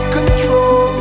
control